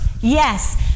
Yes